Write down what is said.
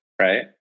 right